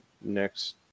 next